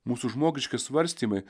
mūsų žmogiški svarstymai